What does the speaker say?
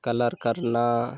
colour करना